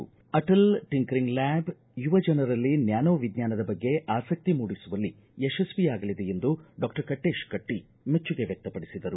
ಸರ್ಕಾರ Atal tinkering lab ಯುವ ಜನರಲ್ಲಿ ನ್ಯಾನೋ ವಿಜ್ಞಾನದ ಬಗ್ಗೆ ಆಸಕ್ತಿ ಮೂಡಿಸುವಲ್ಲಿ ಯಶ್ಚಿಯಾಗಲಿದೆ ಎಂದು ಡಾಕ್ಟರ್ ಕಟ್ಟೇಶ್ ಕಟ್ಟಿ ಮೆಚ್ಚುಗೆ ವ್ಯಕ್ತಪಡಿಸಿದರು